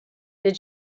did